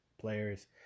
players